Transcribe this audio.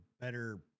better